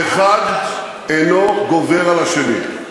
והאחד אינו גובר על השני.